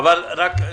אולי.